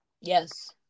Yes